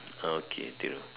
uh okay Thiru